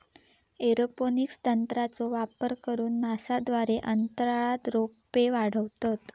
aeroponics तंत्रज्ञानाचो वापर करून नासा द्वारे अंतराळात रोपे वाढवतत